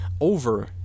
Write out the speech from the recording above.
over